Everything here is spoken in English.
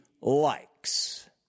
likes